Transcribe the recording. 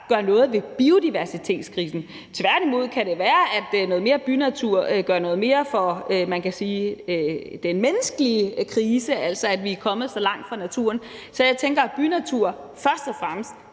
gør noget ved biodiversitetskrisen. Tværtimod kan det være, at noget mere bynatur gør noget mere med hensyn til, kan man sige, den menneskelige krise, altså at vi er kommet så langt væk fra naturen. Så jeg tænker, at bynatur først og fremmest